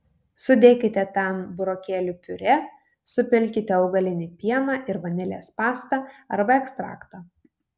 sudėkite ten burokėlių piurė supilkite augalinį pieną ir vanilės pastą arba ekstraktą